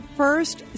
first